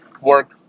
work